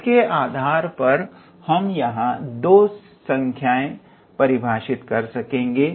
इसके आधार पर हम यहां दो संख्याएं परिभाषित कर पाएंगे